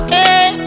Hey